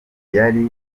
yari